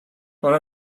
but